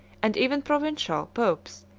and even provincial, popes,